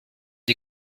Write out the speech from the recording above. die